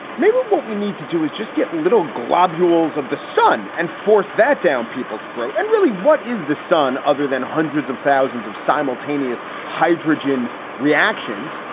maybe what we need to do is just get little globules of the sun and force that down people's throat. and really, what is the sun other than hundreds of thousands of simultaneous hydrogen reactions?